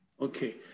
Okay